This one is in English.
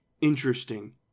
interesting